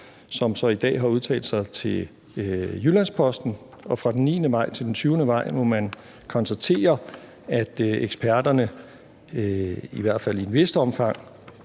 så i dag har udtalt sig til Jyllands-Posten. Og fra den 9. maj til den 20. maj må man konstatere at eksperterne i hvert fald i et vist omfang